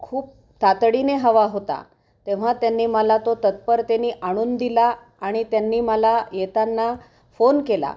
खूप तातडीने हवा होता तेव्हा त्यांनी मला तो तत्परतेने आणून दिला आणि त्यांनी मला येताना फोन केला